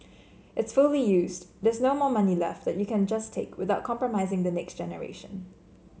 it's fully used there's no more money left there that you can just take without compromising the next generation